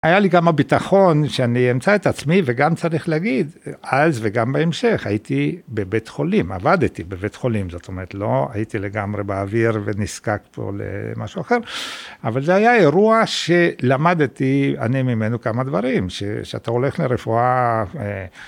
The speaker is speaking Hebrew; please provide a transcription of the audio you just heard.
היה לי גם הביטחון שאני אמצא את עצמי, וגם צריך להגיד, אז וגם בהמשך, הייתי בבית חולים, עבדתי בבית חולים, זאת אומרת, לא הייתי לגמרי באוויר ונזקק פה למשהו אחר, אבל זה היה אירוע שלמדתי, אני ממנו, כמה דברים, שאתה הולך לרפואה...